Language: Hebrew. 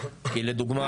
לדוגמה,